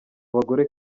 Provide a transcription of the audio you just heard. bagore